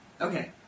Okay